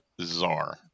czar